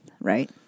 Right